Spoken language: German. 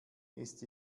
ist